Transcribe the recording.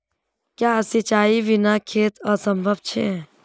क्याँ सिंचाईर बिना खेत असंभव छै?